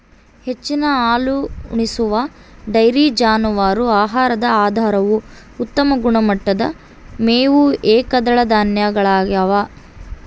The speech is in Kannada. ಹೆಚ್ಚಿನ ಹಾಲುಣಿಸುವ ಡೈರಿ ಜಾನುವಾರು ಆಹಾರದ ಆಧಾರವು ಉತ್ತಮ ಗುಣಮಟ್ಟದ ಮೇವು ಏಕದಳ ಧಾನ್ಯಗಳಗ್ಯವ